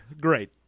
Great